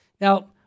Now